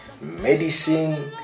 medicine